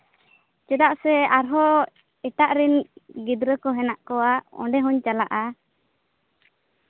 ᱪᱮᱫᱟᱜ ᱥᱮ ᱟᱨᱦᱚᱸ ᱮᱴᱟᱜ ᱨᱮᱱ ᱜᱤᱫᱽᱨᱟᱹ ᱠᱚ ᱦᱮᱱᱟᱜ ᱠᱚᱣᱟ ᱚᱸᱰᱮ ᱦᱚᱧ ᱪᱟᱞᱟᱜᱼᱟ